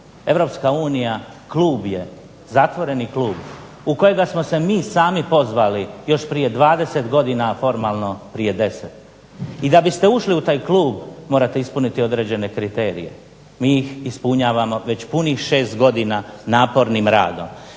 Europska unija je zatvoreni klub u kojega smo se mi sami pozvali još prije 20 godina formalno prije 10 i da biste ušli u taj klub, morate ispuniti određene kriterije, mi ih ispunjavamo već punih 6 godina napornim radom.